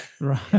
Right